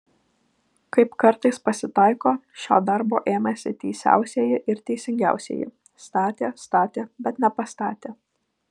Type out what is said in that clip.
kaip kartais pasitaiko šio darbo ėmėsi teisiausieji ir teisingiausieji statė statė bet nepastatė